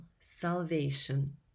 salvation